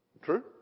True